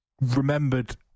remembered